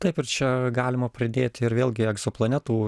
taip ir čia galima pridėti ir vėlgi egzoplanetų